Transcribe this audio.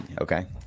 Okay